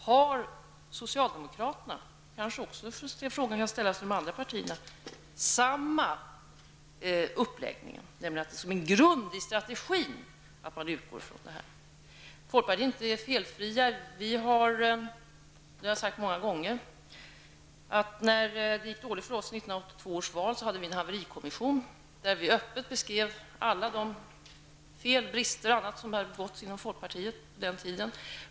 Har socialdemokraterna -- frågan kan kanske också ställas till de andra partierna -- samma uppläggning, nämligen att ha som en grund i strategin att man utgår från detta? I folkpartiet är vi inte felfria. Jag har sagt många gånger att när det gick dåligt för oss i 1982 års val, hade vi en haverikommission där vi öppet beskrev alla de fel och brister som hade förekommit i folkpartiet under den tiden.